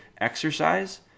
exercise